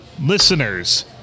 listeners